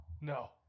No